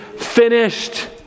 finished